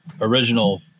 original